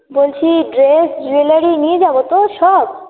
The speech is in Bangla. বলছি জুয়েলারি নিয়ে যাব তো সব